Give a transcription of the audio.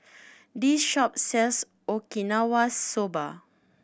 this shop sells Okinawa Soba